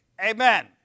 Amen